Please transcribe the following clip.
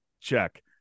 check